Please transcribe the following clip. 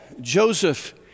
Joseph